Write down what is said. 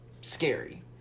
scary